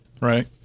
right